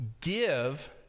Give